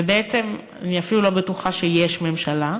ובעצם אני אפילו לא בטוחה שיש ממשלה,